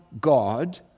God—